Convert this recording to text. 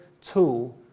tool